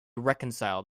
reconcile